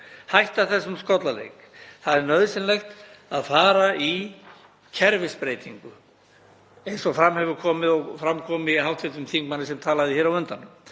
hætta þessum skollaleik. Það er nauðsynlegt að fara í kerfisbreytingu eins og fram hefur komið, m.a. hjá hv. þingmanni sem talaði hér á undan